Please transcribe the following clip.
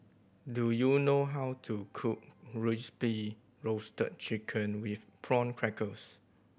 do you know how to cook Crispy Roasted Chicken with Prawn Crackers